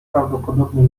prawdopodobnie